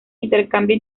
intercambio